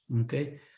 okay